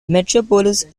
metropolis